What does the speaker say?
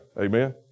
Amen